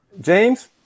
James